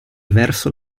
verso